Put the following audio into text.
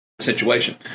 situation